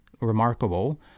remarkable